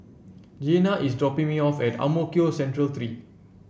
Giana is dropping me off at Ang Mo Kio Central Three